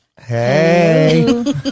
Hey